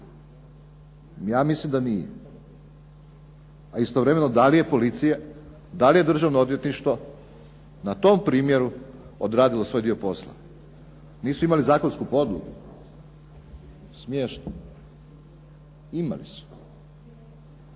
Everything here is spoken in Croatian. Ja mislim da nije. A istovremeno da li je policija, da li je državno odvjetništvo na tom primjeru odradilo svoj dio posla? Nisu imali zakonsku podlogu? Smiješno. Imali su.